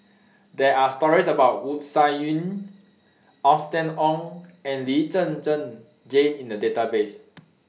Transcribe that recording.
There Are stories about Wu Tsai Yen Austen Ong and Lee Zhen Zhen Jane in The Database